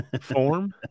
form